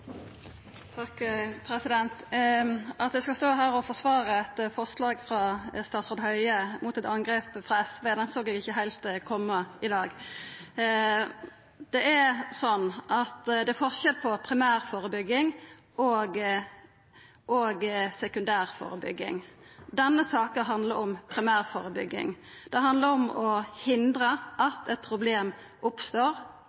At eg skal stå her og forsvara eit forslag frå statsråd Høie mot eit angrep frå SV, den såg eg ikkje heilt koma i dag. Det er forskjell på primærførebygging og sekundærførebygging. Denne saka handlar om primærførebygging. Det handlar om å